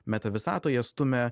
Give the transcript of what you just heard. meta visatoj jas stumia